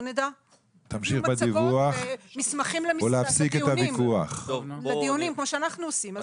תביאו מצגות ומסמכים לדיונים כמו שאנחנו עושים,